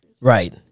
Right